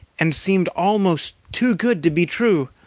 and seemed almost too good to be true.